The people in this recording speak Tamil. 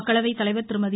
மக்களவைத் தலைவர் திருமதி